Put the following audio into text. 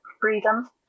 freedom